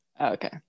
Okay